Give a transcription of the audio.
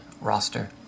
roster